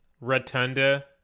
rotunda